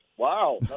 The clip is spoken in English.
Wow